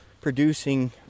producing